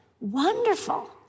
Wonderful